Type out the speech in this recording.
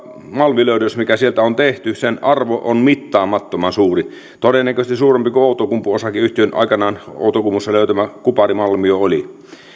malmilöydöksen mikä sieltä on tehty arvo on mittaamattoman suuri todennäköisesti suurempi kuin outokumpu osakeyhtiön aikanaan outokummussa löytämän kuparimalmion arvo oli